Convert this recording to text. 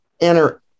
enter